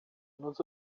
nos